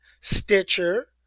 Stitcher